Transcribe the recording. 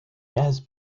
has